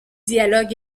dialogue